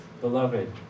beloved